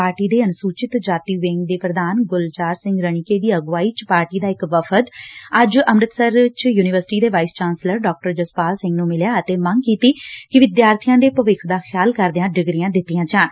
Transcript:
party ਦੇ ਅਨੁਸੁਚਿਤ ਜਾਤੀ ਵਿੰਗ ਦੇ ਪ੍ਰਧਾਨ ਗੁਲਜ਼ਾਰ ਸਿੰਘ ਰਣੀਕੇ ਦੀ ਅਗਵਾਈ ਚ ਪਾਰਟੀ ਦਾ ਇਕ ਵਫ਼ਦ ਅੱਜ ਅੰਮਿਤਸਰ ੱਚ ਯੁਨੀਵਰਸਿਟੀ ਦੇ ਵਾਈਸ ਚਾਂਸਲਰ ਡਾ ਜਸਪਾਲ ਸਿੰਘ ਨੰ ਮਿਲਿਆ ਅਤੇ ਮੰਗ ਕੀਤੀ ਕਿ ਵਿਦਿਆਰਬੀਆਂ ਦੇ ਭਵਿੱਖ ਦਾ ਖਿਆਲ ਕਰਦਿਆਂ ਡਿਗਰੀਆਂ ਦਿੱਤੀਆਂ ਜਾਣ